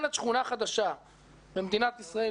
כשמתוכננת שכונה חדשה בעיר במדינת ישראל